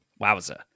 Wowza